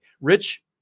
Rich